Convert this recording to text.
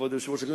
כבוד היושב-ראש,